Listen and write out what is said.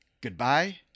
Goodbye